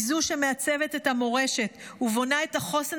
היא זו שמעצבת את המורשת ובונה את החוסן